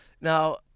now